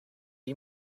you